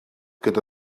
gyda